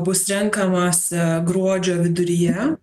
bus renkamas gruodžio viduryje